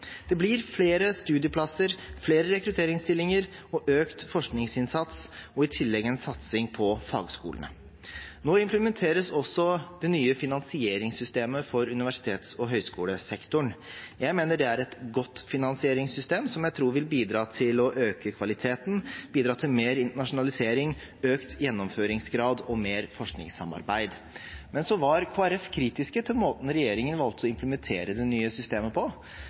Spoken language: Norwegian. Det blir flere studieplasser, flere rekrutteringsstillinger, økt forskningsinnsats og i tillegg en satsing på fagskolene. Nå implementeres også det nye finansieringssystemet for universitets- og høgskolesektoren. Jeg mener det er et godt finansieringssystem, som jeg tror vil bidra til å øke kvaliteten, bidra til mer internasjonalisering, økt gjennomføringsgrad og mer forskningssamarbeid. Kristelig Folkeparti var kritiske til måten regjeringen valgte å implementere det nye systemet på.